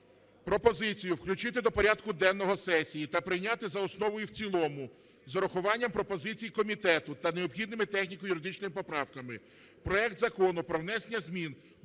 пропозицію включити до порядку денного сесії та прийняти за основу і в цілому з урахуванням пропозицій комітету та необхідними техніко-юридичними поправками проект Закону про внесення змін